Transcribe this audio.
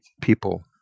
people